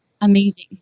amazing